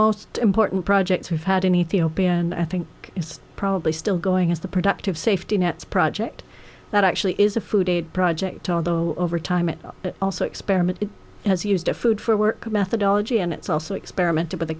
most important projects we've had in ethiopia and i think it's probably still going is the productive safety nets project that actually is a food aid project although over time it also experiment has used food for work methodology and it's also experimented with